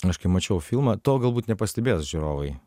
aš kai mačiau filmą to galbūt nepastebės žiūrovai